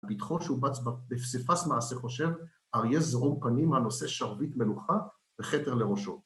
פתחו שובץ פסיפס מעשה חושב אריה זעום פנים הנושא שרביט מלוכה וכתר לראשו